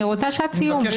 אני רוצה שעת סיום.